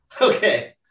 okay